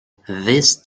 this